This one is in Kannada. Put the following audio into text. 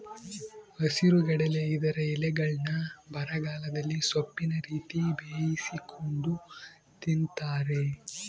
ಹಸಿರುಗಡಲೆ ಇದರ ಎಲೆಗಳ್ನ್ನು ಬರಗಾಲದಲ್ಲಿ ಸೊಪ್ಪಿನ ರೀತಿ ಬೇಯಿಸಿಕೊಂಡು ತಿಂತಾರೆ